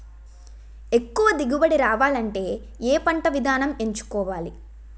ఎక్కువ దిగుబడి రావాలంటే ఏ పంట విధానం ఎంచుకోవాలి?